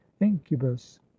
incubus